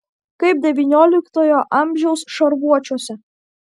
kaip devynioliktojo amžiaus šarvuočiuose